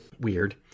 Weird